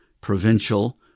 provincial